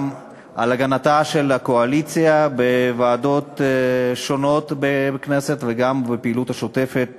גם בהגנת הקואליציה בוועדות שונות בכנסת וגם בפעילות השוטפת